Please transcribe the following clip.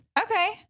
Okay